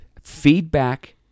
Feedback